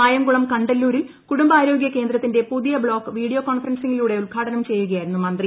കായംകുളം കണ്ടല്ലൂരിൽ കുടുംബാരോഗൃ കേന്ദ്രത്തിന്റെ പുതിയ ബ്ലോക്ക് വീഡിയോ കോൺഫെറെൻസിലൂടെ ഉദ്ഘാടനം ചെയ്യുകയായിരുന്നു മന്ത്രി